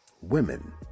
Women